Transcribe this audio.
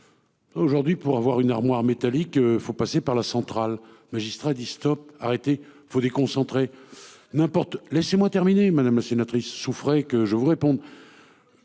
Aujourd'hui pour avoir une armoire métallique, il faut passer par la centrale magistrat dit Stop arrêtez faut déconcentrer n'importe. Laissez-moi terminer. Madame la sénatrice. Souffrez que je vous réponde.